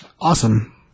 awesome